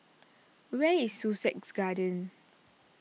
where is Sussex Garden